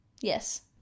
Yes